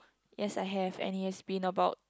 yes I have and he has been about